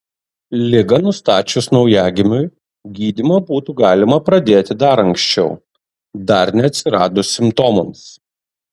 ligą nustačius naujagimiui gydymą būtų galima pradėti dar anksčiau dar nė neatsiradus simptomams